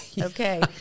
Okay